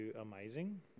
amazing